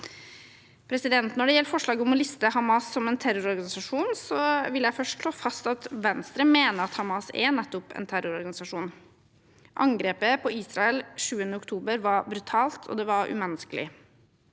staten. Når det gjelder forslaget om å liste Hamas som en terrororganisasjon, vil jeg først slå fast at Venstre mener at Hamas er nettopp en terrororganisasjon. Angrepet på Israel 7. oktober var brutalt, og det var umenneskelig.